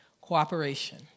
Cooperation